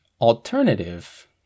alternative